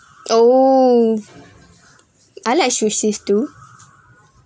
oh I like sushi too